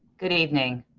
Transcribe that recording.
good evening.